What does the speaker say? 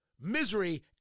misery